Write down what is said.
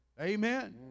Amen